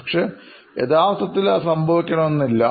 പക്ഷേ യഥാർത്ഥത്തിൽ ഇത് സംഭവിക്കണമെന്നില്ല